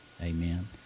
Amen